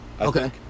Okay